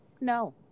no